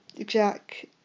Jack